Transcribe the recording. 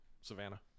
Savannah